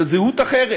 זו זהות אחרת,